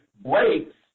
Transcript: breaks